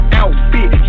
outfit